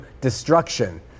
destruction